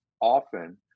often